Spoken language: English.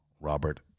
Robert